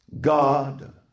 God